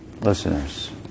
listeners